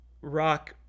rock